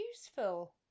useful